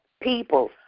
people